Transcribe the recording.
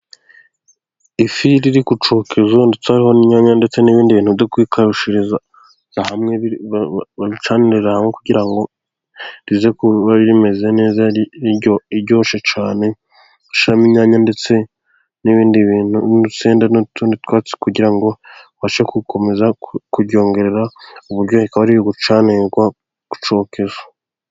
Ifi iri kucokezo ndetse hariho n'ininyanya ndetse n'ibindi bintu bacanira kugira ngo ize kuba imeze neza iryoshe cyane, bashyiramo inyanya ndetse n'ibindi bintu nk'urusenda n'utundi twatsi kugira ngo abashe gukomeza kuryongerera uburyohe. Ikaba iri bucanirwa ku icyokezo.